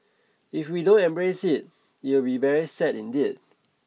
if we don't embrace it it will be very sad indeed